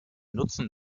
nutzen